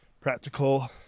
practical